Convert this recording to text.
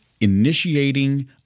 initiating